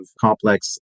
complex